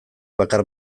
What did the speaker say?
bakar